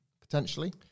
potentially